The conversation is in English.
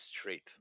straight